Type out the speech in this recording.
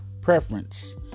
preference